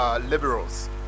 liberals